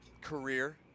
career